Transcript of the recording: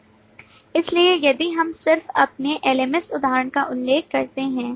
इसलिए यदि हम सिर्फ अपने LMS उदाहरण का उल्लेख करते हैं